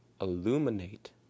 illuminate